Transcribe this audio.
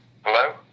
Hello